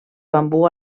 bambú